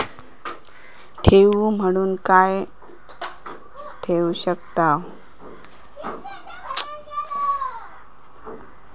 ठेव म्हणून काय ठेवू शकताव?